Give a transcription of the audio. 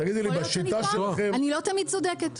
יכול להיות שאני טועה, אני לא תמיד צודקת.